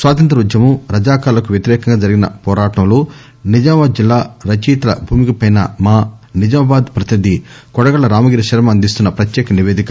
స్వాతంత్య ఉద్యమం రజాకార్లకు వ్యతిరేకంగా జరిగిన పోరాటంలో నిజామాబాద్ జిల్లా రచయితల భూమిక పై మా నిజామాబాద్ ప్రతినిధి కొడగళ్ళ రామగిరి శర్మ అందిస్తున్న ప్రత్యేక నిపేదిక